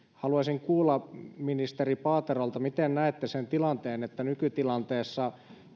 haluaisin kuulla ministeri paaterolta miten näette sen tilanteen kun nykytilanteessa